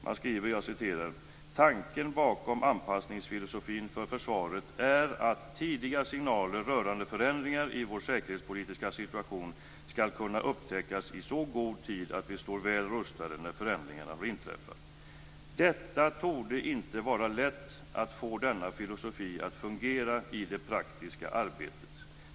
Man skriver: Tanken bakom anpassningsfilosofin för försvaret är att tidiga signaler rörande förändringar i vår säkerhetspolitiska situation skall kunna upptäckas i så god tid att vi står väl rustade när förändringarna har inträffat. Det torde inte vara lätt att få denna filosofi att fungera i det praktiska arbetet.